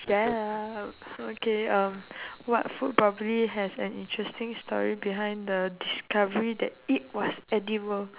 shut up okay um what food probably has an interesting story behind the discovery that it was edible